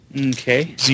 Okay